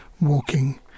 walking